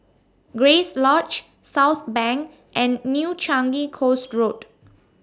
Grace Lodge Southbank and New Changi Coast Road